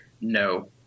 No